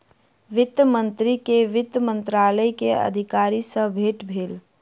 वित्त मंत्री के वित्त मंत्रालय के अधिकारी सॅ भेट भेल